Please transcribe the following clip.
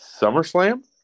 SummerSlam